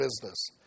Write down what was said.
business